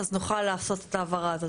אז נוכל לעשות את ההבהרה הזאת.